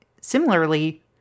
similarly